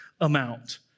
amount